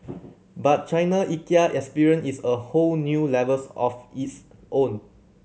but China's Ikea experience is a whole new levels of its own